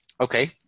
Okay